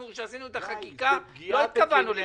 כשעשינו את החקיקה לא התכוונו לזה.